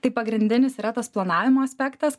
tai pagrindinis yra tas planavimo aspektas